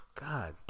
God